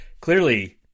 clearly